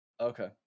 okay